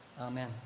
Amen